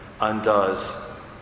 undoes